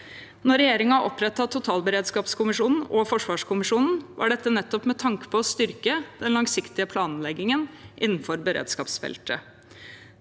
Da regjeringen opprettet totalberedskapskommisjonen og forsvarskommisjonen, var dette nettopp med tanke på å styrke den langsiktige planleggingen innenfor beredskapsfeltet.